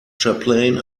chaplain